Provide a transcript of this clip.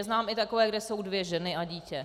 Znám i takové, kde jsou dvě ženy a dítě.